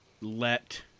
let